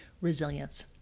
resilience